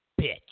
bitch